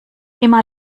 immer